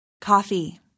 Coffee